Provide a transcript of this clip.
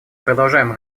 продолжаем